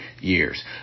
years